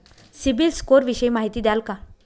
CIBIL score विषयी माहिती द्याल का?